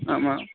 आमाम्